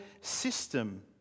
system